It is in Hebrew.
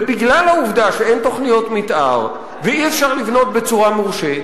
ובגלל העובדה שאין תוכניות מיתאר ואי-אפשר לבנות בצורה מורשית,